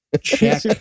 Check